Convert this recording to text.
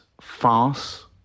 farce